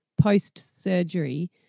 post-surgery